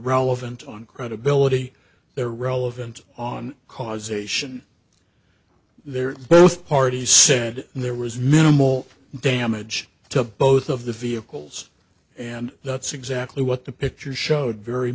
relevant on credibility they're relevant on causation they're both parties said there was minimal damage to both of the vehicles and that's exactly what the pictures